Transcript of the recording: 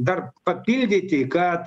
dar papildyti kad